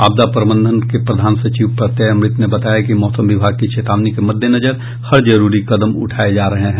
आपदा प्रबधंन के प्रधान सचिव प्रत्यय अमृत ने बताया कि मौसम विभाग की चेतावनी के मद्देनजर हर जरूरी कदम उठाये जा रहे हैं